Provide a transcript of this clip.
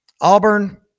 Auburn